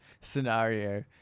scenario